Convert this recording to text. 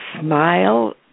smile